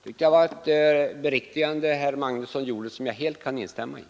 Fru talman! Det beriktigande som herr Magnusson i Kristinehamn gjorde kan jag helt instämma i.